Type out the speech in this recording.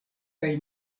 kaj